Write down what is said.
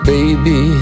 Baby